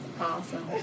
awesome